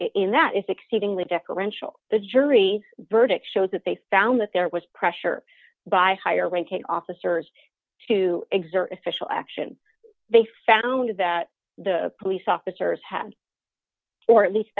in that is exceedingly deferential the jury verdict shows that they found that there was pressure by higher ranking officers to exert official action they found that the police officers had or at least